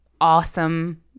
awesome